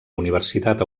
universitat